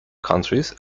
countries